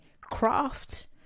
craft